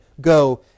go